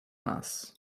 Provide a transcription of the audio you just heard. nas